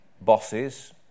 bosses